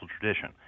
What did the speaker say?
tradition